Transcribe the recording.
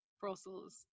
Brussels